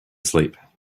sleep